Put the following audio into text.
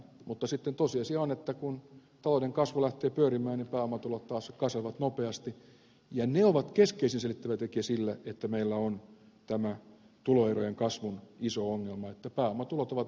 mutta sitten tosiasia on että kun talouden kasvu lähtee pyörimään niin pääomatulot taas kasvavat nopeasti ja ne ovat keskeisen selittävä tekijä sille että meillä on tämä tuloerojen kasvun iso ongelma että pääomatulot ovat alhaisesti verotettuja